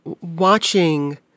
watching